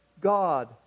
God